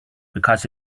because